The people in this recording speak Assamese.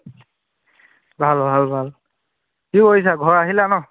ভাল ভাল ভাল কি কৰিছা ঘৰ আহিলা ন'